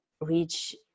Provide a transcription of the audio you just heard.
reach